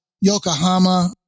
yokohama